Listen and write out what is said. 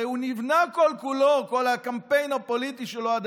הרי כל הקמפיין הפוליטי שלו כולו נבנה עד